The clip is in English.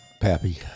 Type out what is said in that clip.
Pappy